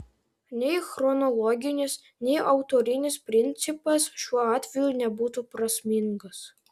nei chronologinis nei autorinis principas šiuo atveju nebūtų prasmingas